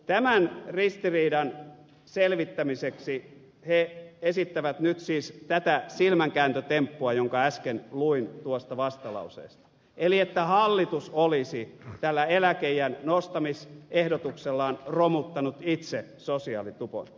tämän ristiriidan selvittämiseksi he esittävät nyt siis tätä silmänkääntötemppua jonka äsken luin tuosta vastalauseesta eli että hallitus olisi tällä eläkeiän nostamisehdotuksellaan romuttanut itse sosiaalitupon